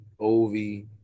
Ovi